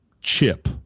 chip